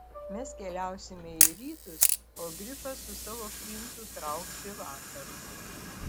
mes keliausime į rytus o grifas su savo princu trauks į vakarus